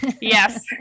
Yes